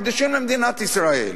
מקדישים למדינת ישראל?